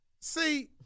See